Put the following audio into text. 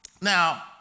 Now